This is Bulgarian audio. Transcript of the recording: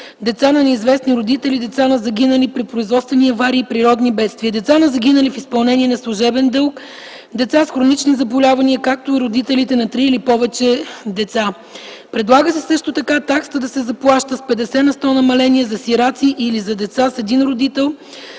деца на неизвестни родители, деца на загинали при производствени аварии и природни бедствия, деца на загинали в изпълнение на служебен дълг, деца с хронични заболявания, както и родителите на три или повече деца. Предлага се също така таксата да се заплаща с 50 на сто намаление за сираци или за деца с един родител,